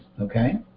Okay